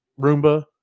Roomba